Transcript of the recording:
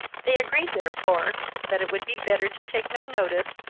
they agreed therefore that it would be better to take no notice,